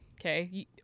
okay